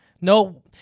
No